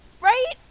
Right